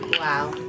Wow